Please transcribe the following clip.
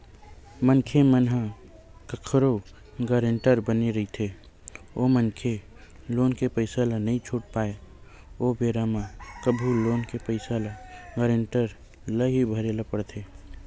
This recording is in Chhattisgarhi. मनखे मन ह कखरो गारेंटर बने रहिथे ओ मनखे लोन के पइसा ल नइ छूट पाय ओ बेरा म कभू लोन के पइसा ल गारेंटर ल ही भरे ल पड़ जाथे